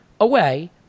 away